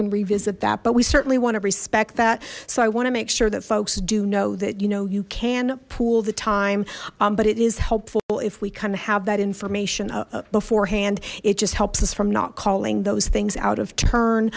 and revisit that but we certainly want to respect that so i want to make sure that folks do know that you know you can pool the time but it is helpful if we kind of have that information beforehand it just helps us from not calling those things out of